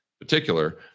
particular